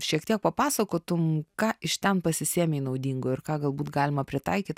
šiek tiek papasakotum ką iš ten pasisėmei naudingo ir ką galbūt galima pritaikyt